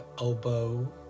elbow